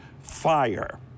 fire